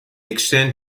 extent